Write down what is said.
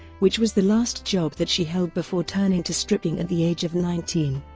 which was the last job that she held before turning to stripping at the age of nineteen.